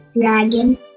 Dragon